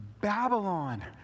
Babylon